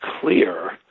clear